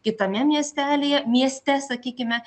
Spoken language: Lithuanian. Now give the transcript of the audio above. kitame miestelyje mieste sakykime